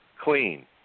clean